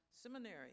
seminary